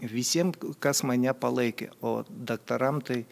visiem kas mane palaikė o daktaram tai